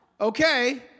Okay